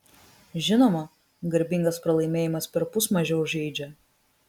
žinoma garbingas pralaimėjimas perpus mažiau žeidžia